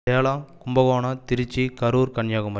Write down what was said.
Salem Kumbakonam Tiruchi Karur Kanyakumari